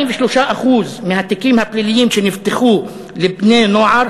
43% מהתיקים הפליליים שנפתחו לבני-נוער